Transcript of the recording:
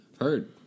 heard